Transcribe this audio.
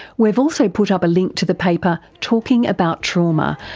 we've also put up a link to the paper, talking about trauma,